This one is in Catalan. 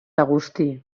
agustí